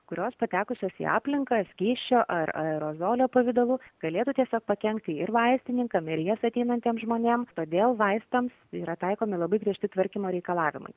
kurios patekusios į aplinką skysčio ar aerozolio pavidalu galėtų tiesiog pakenkti ir vaistininkams ir jas ateinantiems žmonėms todėl vaistams yra taikomi labai griežti tvarkymo reikalavimai